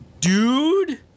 dude